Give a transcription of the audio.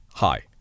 Hi